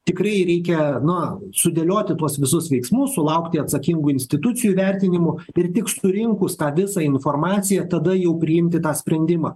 tikrai reikia na sudėlioti tuos visus veiksmus sulaukti atsakingų institucijų vertinimų ir tik surinkus tą visą informaciją tada jau priimti tą sprendimą